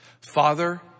Father